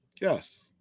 Yes